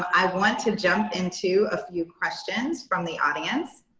i want to jump into a few questions from the audience.